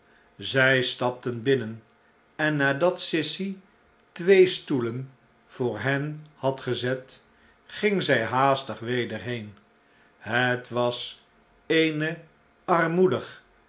zij stapten binnen en nadat sissy twee stoelen voor hen had gezet ging zij haastig weder heen het was eene armoedig